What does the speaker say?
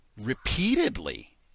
repeatedly